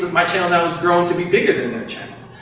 my channel now has grown to be bigger than their channels.